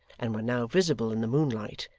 and were now visible in the moonlight,